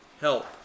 help